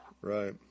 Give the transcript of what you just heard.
Right